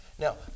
Now